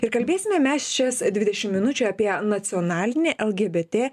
ir kalbėsime mes šias dvidešim minučių apie nacionalinį lgbt